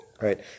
right